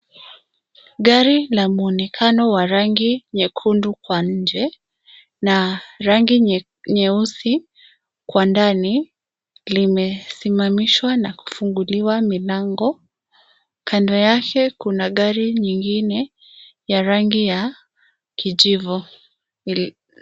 Gari la mwonekano wa rangi nyekunde kwa nje na rangi nyeusi kwa ndani limesimamishwa na kufunguliwa milango. Kando yake, kuna gari nyingine ya rangi ya kijivu.